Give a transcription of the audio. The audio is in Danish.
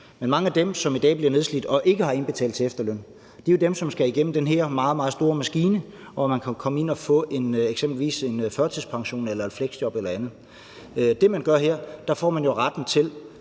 at mange af dem, som i dag bliver nedslidt og ikke har indbetalt til efterløn, er dem, som skal igennem den her meget, meget store maskine, hvor man kan gå ind og eksempelvis få en førtidspension eller et fleksjob eller andet. Men med det her får man retten til